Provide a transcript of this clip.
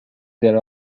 there